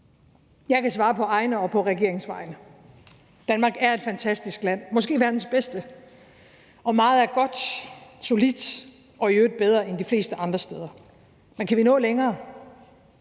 Jeg kan svare på egne og på regeringens vegne: Danmark er et fantastisk land, måske verdens bedste, og meget er godt, solidt og i øvrigt bedre end de fleste andre steder. Men kan vi nå længere?